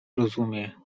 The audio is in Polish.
rozumie